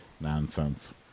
Nonsense